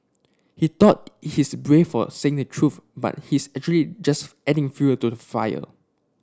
he thought he's brave for saying the truth but he's actually just adding fuel to the fire